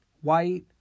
white